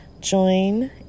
join